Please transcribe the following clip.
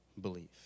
belief